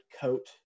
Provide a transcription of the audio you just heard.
coat